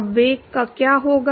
अब वेग का क्या होगा